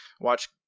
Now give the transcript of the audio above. watch